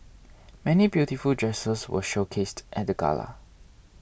many beautiful dresses were showcased at the gala